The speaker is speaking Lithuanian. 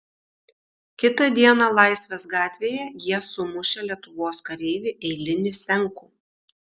kitą dieną laisvės gatvėje jie sumušė lietuvos kareivį eilinį senkų